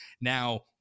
Now